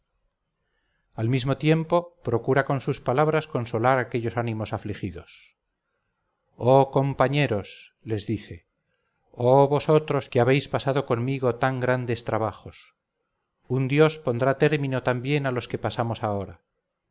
al mismo tiempo procura con sus palabras consolar aquellos ánimos afligidos oh compañeros les dice oh vosotros que habéis pasado conmigo tan grandes trabajos un dios pondrá término también a los que pasamos ahora